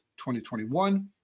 2021